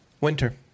Winter